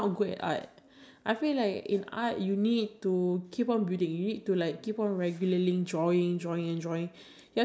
I think that's really nice I think life skills does make sense because I think I think because you need to present later on